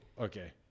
okay